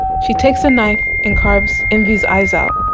she takes a knife and carves envy's eyes out.